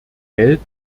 geld